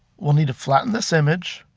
we'll need to flatten this image,